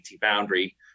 boundary